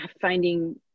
finding